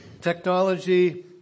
technology